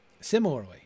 Similarly